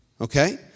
Okay